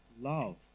love